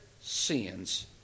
sins